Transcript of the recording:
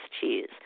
cheese